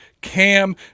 Cam